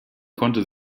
konnte